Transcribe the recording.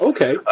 Okay